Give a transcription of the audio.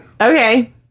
Okay